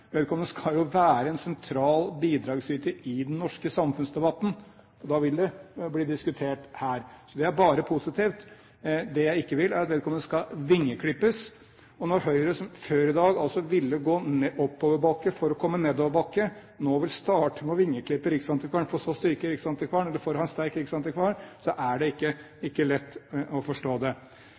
skal være en sentral bidragsyter i den norske samfunnsdebatten. Da vil det bli diskutert her. Det er bare positivt. Det jeg ikke vil, er at vedkommende skal vingeklippes. Når Høyre, som før i dag ville gå oppoverbakke for å komme nedoverbakke, nå vil starte med å vingeklippe riksantikvaren, for så å styrke riksantikvaren for å ha en sterk riksantikvar, er det ikke lett å forstå det. Det er mulig å kjenne prisen på alt, men ikke verdien av noe, er et gammelt ord. Det